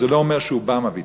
זה לא אומר שאובמה ויתר.